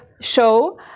show